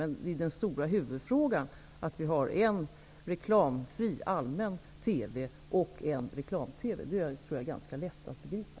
Men att vi har en reklamfri allmän TV och en reklam-TV, vilket är den stora huvudfrågan, är ganska lätt att begripa.